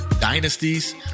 Dynasties